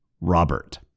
Robert